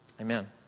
Amen